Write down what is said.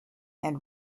and